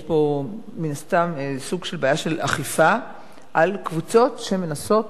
מן הסתם יש פה סוג של בעיית אכיפה על קבוצות שמנסות